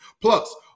Plus